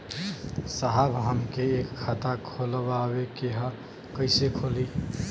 साहब हमके एक खाता खोलवावे के ह कईसे खुली?